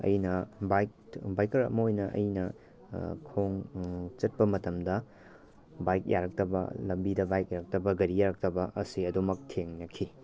ꯑꯩꯅ ꯕꯥꯏꯛ ꯕꯥꯏꯛꯀꯔ ꯑꯃ ꯑꯣꯏꯅ ꯑꯩꯅ ꯈꯣꯡ ꯆꯠꯄ ꯃꯇꯝꯗ ꯕꯥꯏꯛ ꯌꯥꯔꯛꯇꯕ ꯂꯝꯕꯤꯗ ꯕꯥꯏꯛ ꯌꯥꯔꯛꯇꯕ ꯒꯥꯔꯤ ꯌꯥꯔꯛꯇꯕ ꯑꯁꯤ ꯑꯗꯨꯃꯛ ꯊꯦꯡꯅꯈꯤ